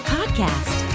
Podcast